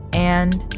and.